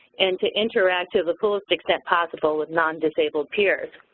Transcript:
and to interact to the fullest extent possible with nondisabled peers.